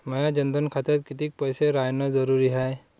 माया जनधन खात्यात कितीक पैसे रायन जरुरी हाय?